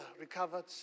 recovered